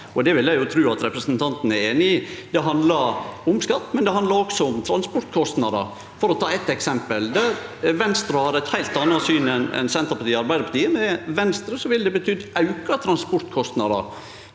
det vil eg tru at representanten er einig i. Det handlar om skatt, men det handlar også om transportkostnader, for å ta eitt eksempel der Venstre har eit heilt anna syn enn Senterpartiet og Arbeidarpartiet. Med Venstre ville det betydd auka transportkostnader